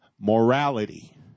morality